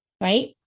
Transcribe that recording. Right